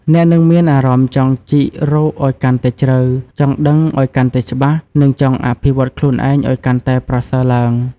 អ្នកនឹងមានអារម្មណ៍ចង់ជីករកឱ្យកាន់តែជ្រៅ ចង់ដឹងឱ្យកាន់តែច្បាស់ និងចង់អភិវឌ្ឍខ្លួនឯងឱ្យកាន់តែប្រសើរឡើង។